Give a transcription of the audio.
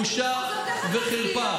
אבל זו בושה וחרפה.